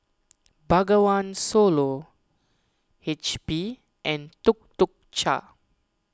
Bengawan Solo H P and Tuk Tuk Cha